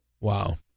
Wow